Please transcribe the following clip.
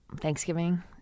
Thanksgiving